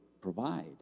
provide